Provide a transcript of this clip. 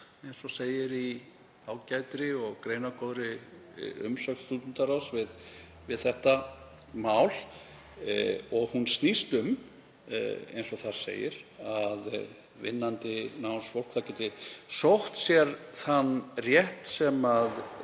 eins og segir í ágætri og greinargóðri umsögn stúdentaráðs við þetta mál. Hún snýst um, eins og þar segir, að vinnandi námsfólk geti sótt sér þann rétt sem það